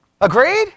Agreed